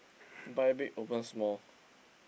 buy big open small